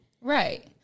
Right